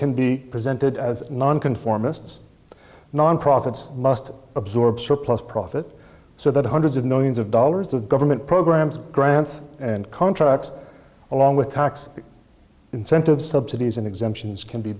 can be presented as non conformists nonprofits must absorb surplus profit so that hundreds of millions of dollars of government programs grants and contracts along with tax incentives subsidies and exemptions can be